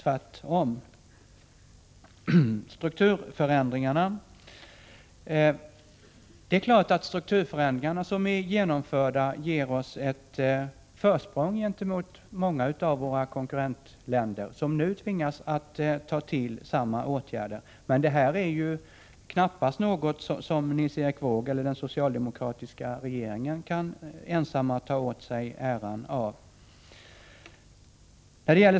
Det är klart att de strukturförändringar som är genomförda ger oss ett försprång gentemot många av våra konkurrentländer, som nu tvingas ta till samma åtgärder. Men detta är knappast något som Nils-Erik Wååg eller den socialdemokratiska regeringen ensamma kan ta åt sig äran av.